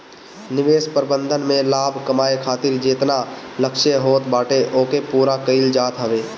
निवेश प्रबंधन में लाभ कमाए खातिर जेतना लक्ष्य होत बाटे ओके पूरा कईल जात हवे